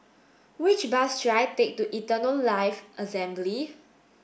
which bus should I take to Eternal Life Assembly